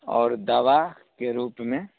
आओर दवाके रूपमे